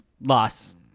loss